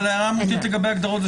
אבל ההערה האמיתית לגבי ההגדרות היא